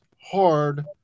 hard